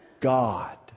God